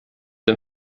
dem